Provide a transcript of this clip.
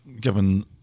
given